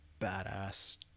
badass